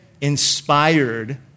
inspired